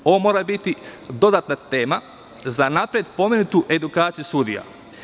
Ovo mora biti dodatna tema za napred pomenutu edukaciju sudija.